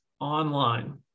online